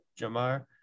Jamar